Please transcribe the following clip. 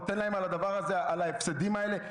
נותן להם על ההפסדים האלה?